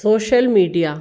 social media